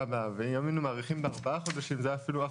הבאה ואם היינו מאריכים בארבעה חודשים זה היה אפילו יותר,